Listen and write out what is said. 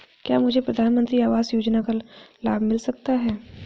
क्या मुझे प्रधानमंत्री आवास योजना का लाभ मिल सकता है?